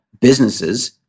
businesses